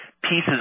Pieces